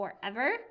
forever